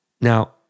Now